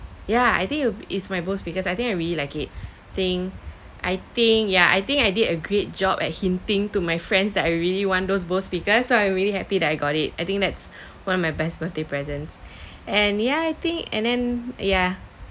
ya I think it'll it's my boost speakers I think I really like it think I think ya I think I did a great job at hinting to my friends that I really want those boost speakers so I really happy that I got it I think that's one of my best birthday present and ya I think and then yeah